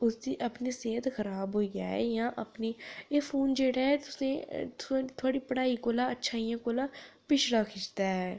उसदी अपनी सेह्त खराब होई जा जां अपनी एह् फोन जेह्ड़ा ऐ एह् तुसें ई थुआढ़ी पढ़ाई कोला अच्छाइयें कोला पिछड़ा खिच्चदा ऐ